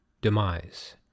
demise